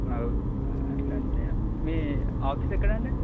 అదే అట్లంటే మీ ఆఫీస్ ఎక్కడండి